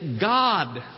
God